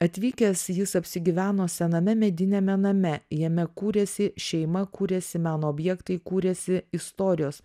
atvykęs jis apsigyveno sename mediniame name jame kūrėsi šeima kūrėsi meno objektai kūrėsi istorijos